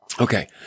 Okay